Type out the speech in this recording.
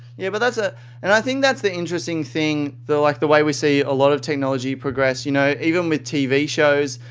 yeah but ah and i think that's the interesting thing. the like the way we see a lot of technology progress. you know even with tv shows.